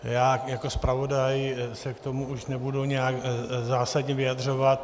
Já jako zpravodaj se k tomu už nebudu nějak zásadně vyjadřovat.